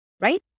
right